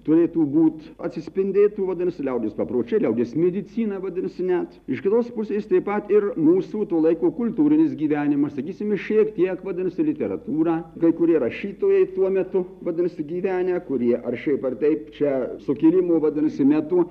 turėtų būt atsispindėtų vadinasi liaudies papročiai liaudies medicina vadinasi net iš kitos pusės taip pat ir mūsų to laiko kultūrinis gyvenimas sakysime šiek tiek vadinasi literatūra kai kurie rašytojai tuo metu vadinasi gyvenę kurie ar šiaip ar taip čia sukilimo vadinasi metu